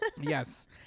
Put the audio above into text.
Yes